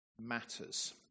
matters